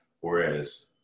Whereas